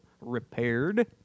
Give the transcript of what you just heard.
repaired